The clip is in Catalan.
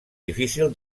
difícil